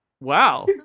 Wow